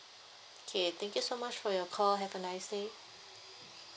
okay thank you so much for your call have a nice day